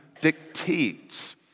dictates